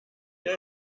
hier